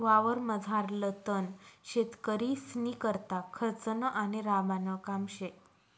वावरमझारलं तण शेतकरीस्नीकरता खर्चनं आणि राबानं काम शे